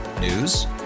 News